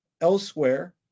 elsewhere